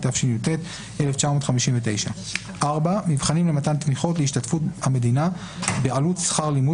תשי"ט 1959. מבחנים למתן תמיכות להשתתפות המדינה בעלות שכר לימוד